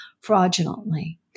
fraudulently